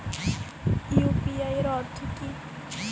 UPI এর অর্থ কি?